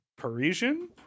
Parisian